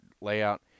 layout